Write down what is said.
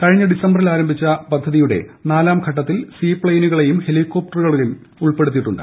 കഴിഞ്ഞ ഡിസംബറിൽ ആരംഭിച്ച ഉഡാൻ പദ്ധതിയുടെ നാലാം ഘട്ടത്തിൽ സീപ്ലെയിനുകളെയും ഹെലികോപ്റ്ററുകളെയും ഉൾപ്പെടുത്തിയിട്ടുണ്ട്